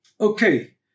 Okay